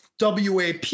WAP